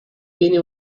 viene